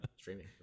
Streaming